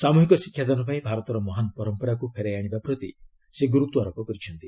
ସାମ୍ବହିକ ଶିକ୍ଷାଦାନ ପାଇଁ ଭାରତର ମହାନ ପରମ୍ପରାକୁ ଫେରାଇ ଆଣିବା ପ୍ରତି ସେ ଗୁରୁତ୍ୱାରୋପ କରିଛନ୍ତି